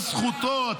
אבל זו זכותו.